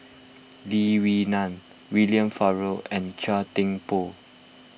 Lee Wee Nam William Farquhar and Chua Thian Poh